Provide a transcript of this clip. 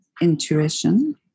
intuition